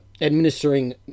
administering